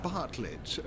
Bartlett